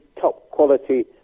top-quality